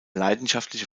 leidenschaftliche